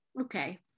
okay